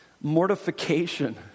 mortification